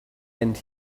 and